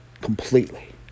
completely